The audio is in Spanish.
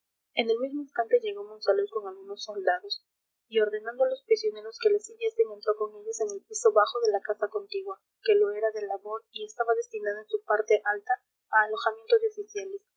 en el mismo instante llegó monsalud con algunos soldados y ordenando a los prisioneros que le siguiesen entró con ellos en el piso bajo de la casa contigua que lo era de labor y estaba destinada en su parte alta a alojamiento